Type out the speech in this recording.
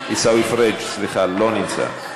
עיסאווי פריג', לא נמצא.